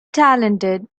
talented